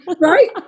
right